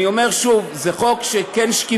אני אומר שוב, זה כן חוק של שקיפות.